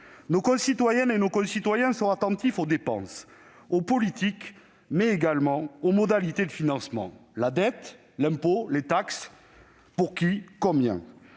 Nos concitoyennes et nos concitoyens sont attentifs aux dépenses, aux politiques, mais également aux modalités de financement. La dette ? L'impôt ? Les taxes ? Pour qui ? Combien ?